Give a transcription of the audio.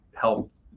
helped